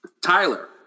Tyler